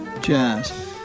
jazz